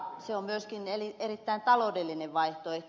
se on myöskin erittäin taloudellinen vaihtoehto